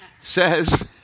says